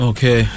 Okay